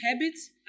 habits